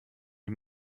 die